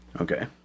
Okay